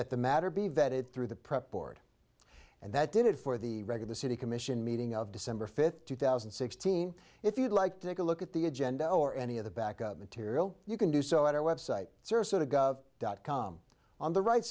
vetted through the prep board and that did it for the record the city commission meeting of december fifth two thousand and sixteen if you'd like to take a look at the agenda or any of the backup material you can do so at our website dot com on the right